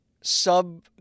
sub